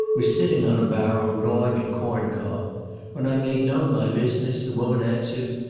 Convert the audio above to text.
was sitting on a barrel, gnawing a corn cob when i made known my business, the woman answered,